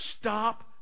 Stop